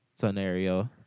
scenario